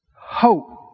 hope